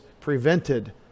prevented